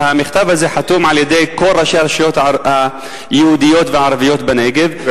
המכתב הזה חתום על-ידי כל ראשי הרשויות היהודיות והערביות בנגב,